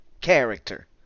character